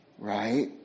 right